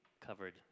covered